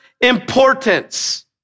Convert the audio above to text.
importance